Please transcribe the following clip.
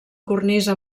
cornisa